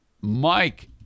Mike